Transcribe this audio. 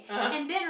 (uh huh)